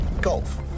golf